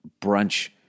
brunch